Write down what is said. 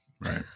Right